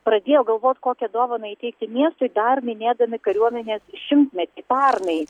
pradėjo galvot kokią dovaną įteikti miestui dar minėdami kariuomenės šimtmetį pernai